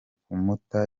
kumuta